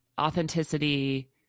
Authenticity